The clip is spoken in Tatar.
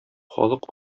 халык